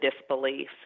disbelief